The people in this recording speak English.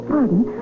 Pardon